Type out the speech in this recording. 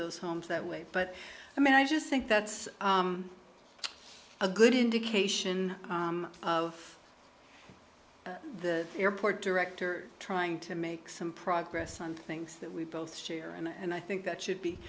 those homes that way but i mean i just think that's a good indication of the airport director trying to make some progress on things that we both share and i think that should be